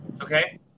Okay